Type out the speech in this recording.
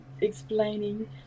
explaining